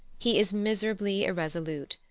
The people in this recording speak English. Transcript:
he is miserably irresolute,